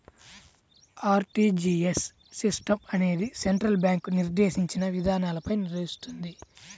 RTGS system అనేది central bank నిర్దేశించిన విధానాలపై నడుస్తుంది